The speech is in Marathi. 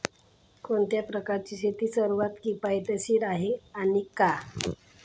कोणत्या प्रकारची शेती सर्वात किफायतशीर आहे आणि का?